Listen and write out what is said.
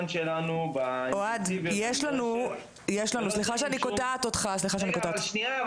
שלנו --- אוהד סליחה שאני קוטעת אותך --- אבל שניה,